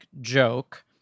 joke